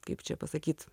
kaip čia pasakyt